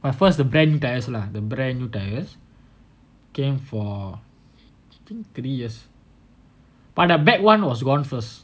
my first the brand tyres lah the brand new tyres came for I think three years but the back one was gone first